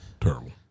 Terrible